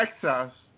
texas